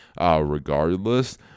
regardless